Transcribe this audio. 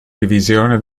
divisione